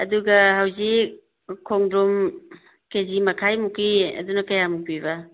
ꯑꯗꯨꯒ ꯍꯧꯖꯤꯛ ꯈꯣꯡꯗ꯭ꯔꯨꯝ ꯀꯦ ꯖꯤ ꯃꯈꯥꯏꯃꯨꯛꯀꯤ ꯑꯗꯨꯅ ꯀꯌꯥꯃꯨꯛ ꯄꯤꯕ